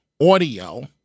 audio